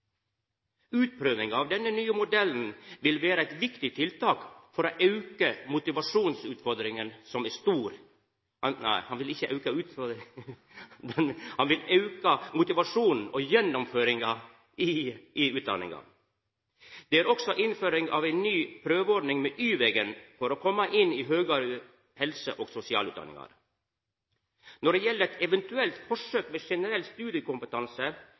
av denne nye modellen vil vera eit viktig tiltak for å auka motivasjonen for gjennomføring av utdanninga. Det er også innført ei ny prøveordning med «Y-vegen» for å koma inn i høgare helse- og sosialutdanningar. Når det gjeld eit eventuelt forsøk med generell studiekompetanse